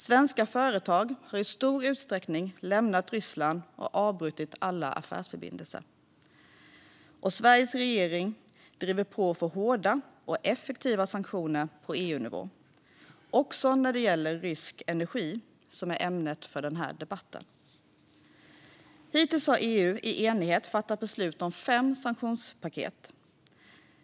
Svenska företag har i stor utsträckning lämnat Ryssland och avbrutit alla affärsförbindelser, och Sveriges regering driver på för hårda och effektiva sanktioner på EU-nivå också när det gäller rysk energi, som är ämnet för den här debatten. Hittills har EU i enighet fattat beslut om fem sanktionspaket.